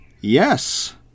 Yes